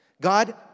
God